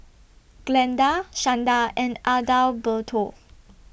Glenda Shanda and Adalberto